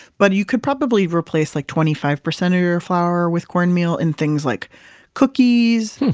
but you could probably replace like twenty five percent of your flour with cornmeal in things like cookies,